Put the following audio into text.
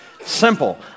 simple